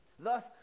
Thus